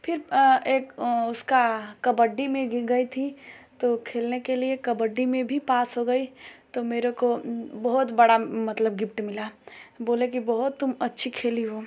फिर एक उसका कबड्डी में गई थी तो खेलने के लिए कबड्डी में भी पास हो गई तो मेरे को बहुत बड़ा मतलब गिप्ट मिला बोले कि बहुत तुम अच्छी खेली हो